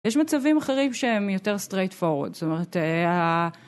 יש מצבים אחרים שהם יותר straight forward, זאת אומרת ה...